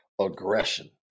aggression